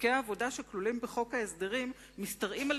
חוקי העבודה שכלולים בחוק ההסדרים משתרעים על